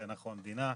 אנחנו המדינה.